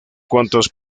cuantos